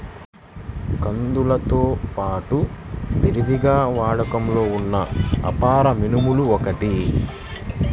కందులతో పాడు విరివిగా వాడుకలో ఉన్న అపరాలలో మినుములు ఒకటి